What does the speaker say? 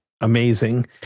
amazing